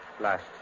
last